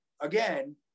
again